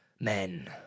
Men